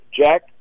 Jack